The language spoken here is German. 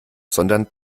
sondern